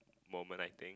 moment I think